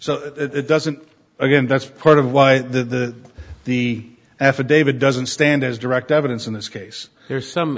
so that it doesn't again that's part of why the the affidavit doesn't stand as direct evidence in this case there's some